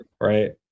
Right